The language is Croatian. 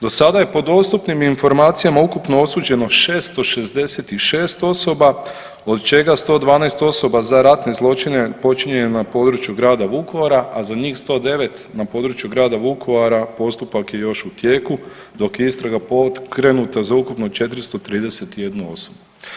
Do sada je po dostupnim informacijama ukupno osuđeno 666 osoba od čega 112 osoba za ratne zločine počinjene na području grada Vukovara, a za njih 109 na području grada Vukovara postupak je još u tijeku dok je istraga pokrenuta za ukupno 431 osobu.